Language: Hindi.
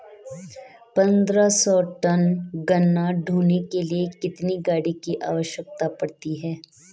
पन्द्रह सौ टन गन्ना ढोने के लिए कितनी गाड़ी की आवश्यकता पड़ती है?